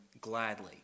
gladly